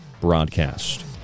broadcast